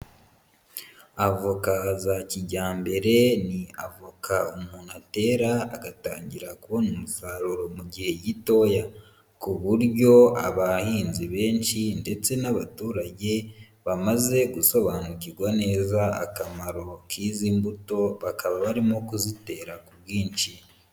Avoka za kijyambere ni avoka umuntu atera agatangira kubona umusaruro mu gihe gitoya, ku buryo abahinzi benshi ndetse n'abaturage bamaze gusobanukirwa neza akamaro k'izi mbuto, bakaba barimo kuzitera ku bwinshi.